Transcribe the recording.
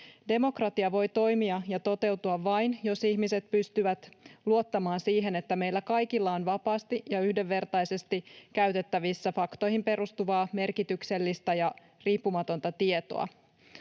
Demokratia voi toimia ja toteutua vain, jos ihmiset pystyvät luottamaan siihen, että meillä kaikilla on vapaasti ja yhdenvertaisesti käytettävissä faktoihin perustuvaa, merkityksellistä ja riippumatonta tietoa.